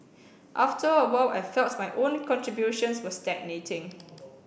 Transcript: after a while I felt my own contributions were stagnating